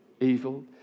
Evil